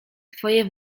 twoje